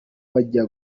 bajya